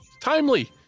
Timely